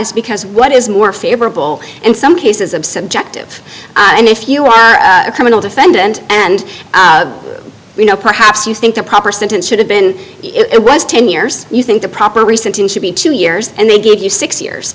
is because what is more favorable in some cases of subjective and if you are a criminal defendant and you know perhaps you think the proper sentence should have been it was ten years you think the proper recent should be two years and they give you six years